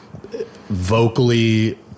vocally